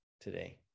today